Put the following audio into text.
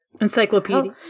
Encyclopedia